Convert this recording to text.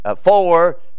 four